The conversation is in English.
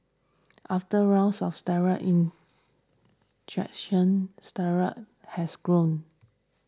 after rounds of steroid injections steroids has grown